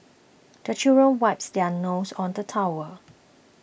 the children wipes their noses on the towel